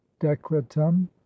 decretum